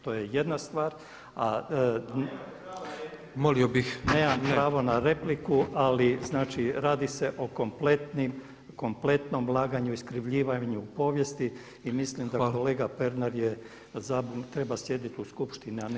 To je jedna stvar [[Upadica: Nemate pravo na repliku.]] [[Upadica Predsjednik: Molio bih.]] Nemam pravo na repliku ali znači radi se o kompletnom laganju, iskrivljivanju povijesti i mislim da kolega Pernar je, treba sjediti u skupštini a ne